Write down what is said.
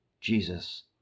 Jesus